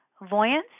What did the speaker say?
Voyance